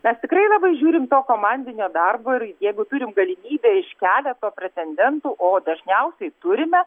mes tikrai labai žiūrim to komandinio darbo ir jeigu turim galimybę iš keleto pretendentų o dažniausiai turime